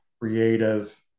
creative